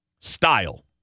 Style